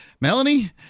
Melanie